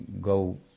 go